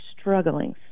struggling